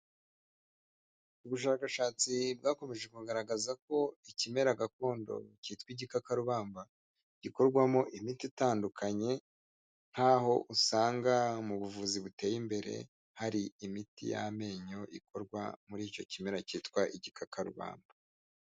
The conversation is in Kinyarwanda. Ubushakashatsi bwakomeje kugaragaza ko ikimera gakondo cyitwa igikakarubamba gikorwamo imiti itandukanye nk'aho usanga mu buvuzi buteye imbere hari imiti y'amenyo ikorwa muri icyo kimera cyitwa igikakarubamba.